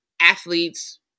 athletes